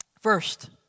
First